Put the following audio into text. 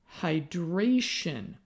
hydration